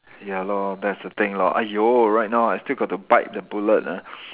ya lor that's the thing lor !aiyo! right now I still got to bite the bullet ah